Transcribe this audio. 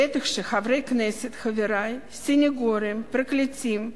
בטח חברי הכנסת, חברי, סניגורים, פרקליטים,